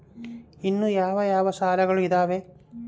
ಇನ್ನು ಯಾವ ಯಾವ ಸಾಲಗಳು ಇದಾವೆ?